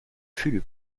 fulup